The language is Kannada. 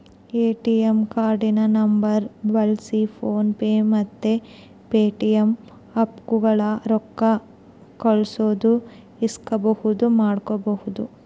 ಎ.ಟಿ.ಎಮ್ ಕಾರ್ಡಿನ ನಂಬರ್ನ ಬಳ್ಸಿ ಫೋನ್ ಪೇ ಮತ್ತೆ ಪೇಟಿಎಮ್ ಆಪ್ಗುಳಾಗ ರೊಕ್ಕ ಕಳ್ಸೋದು ಇಸ್ಕಂಬದು ಮಾಡ್ಬಹುದು